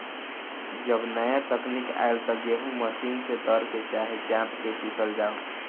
जब नाया तकनीक आईल त गेहूँ मशीन से दर के, चाहे चाप के पिसल जाव